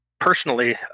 Personally